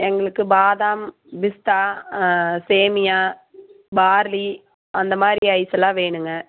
எங்களுக்கு பாதாம் பிஸ்த்தா சேமியா பார்லி அந்த மாதிரி ஐஸ் எல்லாம் வேணுங்க